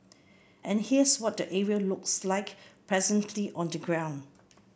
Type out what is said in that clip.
and here's what the area looks like presently on the ground